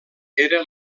era